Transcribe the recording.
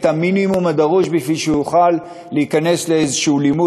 את המינימום הדרוש בשביל שיוכל להיכנס לאיזשהו לימוד,